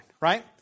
Right